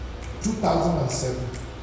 2007